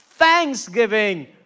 thanksgiving